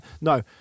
No